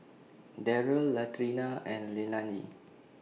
Darrell Latrina and Leilani